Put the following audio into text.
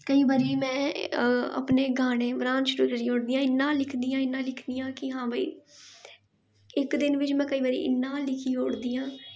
केई बारी में अपने गाने बनाना शुरू करी ओड़नी हां इ'न्ना इ'न्ना लिखदियां कि हां भाई इक दिन में केई बारी इ'न्ना लिखी ओड़दियां